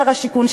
שר השיכון,